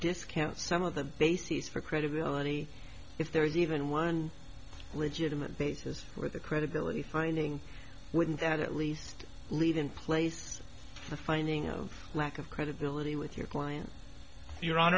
discount some of the basis for credibility if there is even one legitimate basis for the credibility finding wouldn't that at least leave in place the finding of lack of credibility with your client